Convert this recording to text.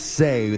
say